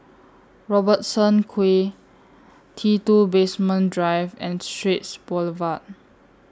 Robertson Quay T two Basement Drive and Straits Boulevard